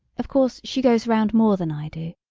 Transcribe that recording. of course she goes round more than i do.